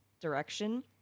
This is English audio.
direction